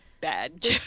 bad